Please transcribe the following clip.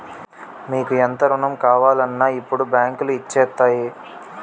మీకు ఎంత రుణం కావాలన్నా ఇప్పుడు బాంకులు ఇచ్చేత్తాయిరా